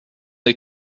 est